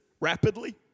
rapidly